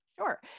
Sure